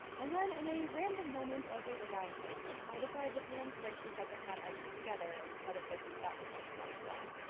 and then, in a random moment of a design crisis, i decided to hand stitch the center front edges together together instead of making buttonholes down the front.